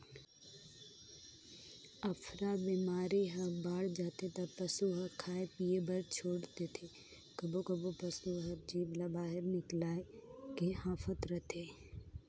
अफरा बेमारी ह बाड़ जाथे त पसू ह खाए पिए बर छोर देथे, कभों कभों पसू हर जीभ ल बहिरे निकायल के हांफत रथे